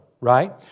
right